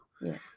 Yes